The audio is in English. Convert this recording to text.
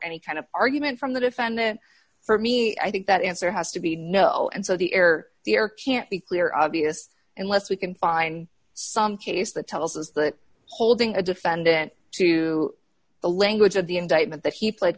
any kind of argument from the defendant for me i think that answer has to be no and so the air there can't be clear obvious unless we can find some case that tells us that holding a defendant to the language of the indictment that he pl